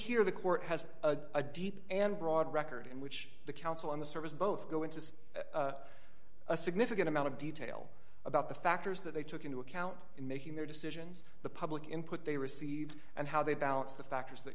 here the court has a deep and broad record in which the counsel on the service both go into a significant amount of detail about the factors that they took into account in making their decisions the public input they receive and how they balance the factors that